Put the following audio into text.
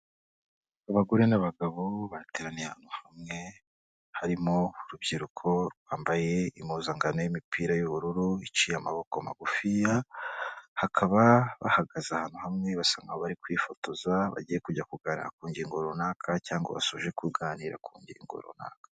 Abagore n'abagabo bateraniye ahantu hamwe, harimo urubyiruko rwambaye impuzankano y'imipira y'ubururu iciye amaboko magufiya, hakaba bahagaze ahantu hamwe basa nk'aho bari kwifotoza, bagiye kujya kuganira ku ngingo runaka cyangwa bashoje kuganira ku ngingo runaka.